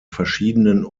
verschiedenen